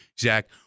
Zach